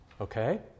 okay